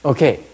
Okay